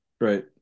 Right